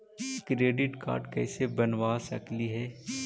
Credit card कैसे बनबा सकली हे?